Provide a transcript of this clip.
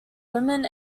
women